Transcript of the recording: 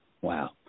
wow